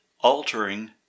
altering